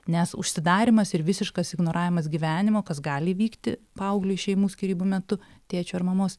nes užsidarymas ir visiškas ignoravimas gyvenimo kas gali įvykti paaugliui šeimų skyrybų metu tėčio ar mamos